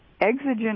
exigent